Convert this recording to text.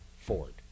Ford